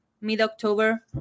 mid-October